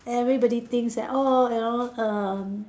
everybody thinks that oh you know err